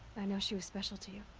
i know she was special to you.